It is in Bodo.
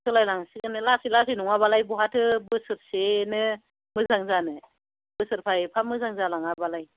सोलायलांसिगोन लासै लासै नङाबालाय बहाथो बोरसेनो मोजां जानो बोसोरफा एफा मोजां जालाङाबालाय